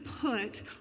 put